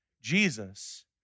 Jesus